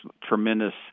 tremendous